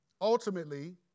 ultimately